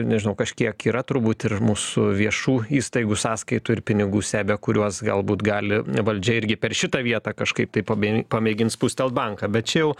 nežinau kažkiek yra turbūt ir mūsų viešų įstaigų sąskaitų ir pinigų sebe kuriuos galbūt gali valdžia irgi per šitą vietą kažkaip taip pabė pamėgins spustelt banką bet čia jau